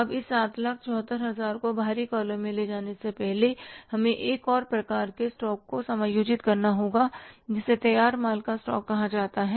अब इस 774000 को बाहरी कॉलम में ले जाने से पहले हमें एक और प्रकार के स्टॉक को समायोजित करना होगा जिसे तैयार माल का स्टॉक कहा जाता है